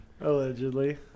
Allegedly